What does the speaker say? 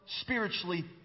spiritually